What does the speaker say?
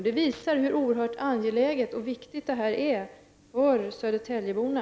Detta visar hur oerhört angelägen och viktig denna fråga är för södertäljeborna.